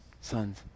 sons